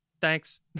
thanks